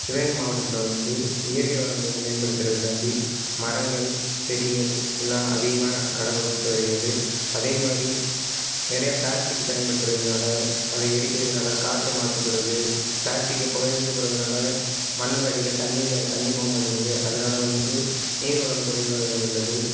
சிவகங்கை மாவட்டத்தில் வந்து இயற்கை வளங்களை மேம்படுத்துறத்துக்காண்டி மரங்கள் செடிகள் எல்லாம் அதிகமாக நடப்பட்டு வருகிறது அதே மாதிரி நிறைய ப்ளாஸ்ட்டிக் பயன்படுத்துறதுனால் அதை எரிக்கிறதுனால் காற்று மாசுபடுது ப்ளாஸ்ட்டிக்கு பொதைஞ்சு போறதுனால் மண்ணுக்கு அடியில் தண்ணி தண்ணி போக மாட்டேங்கிது அதனால வந்து நீர்வளம் குறைவாக உள்ளது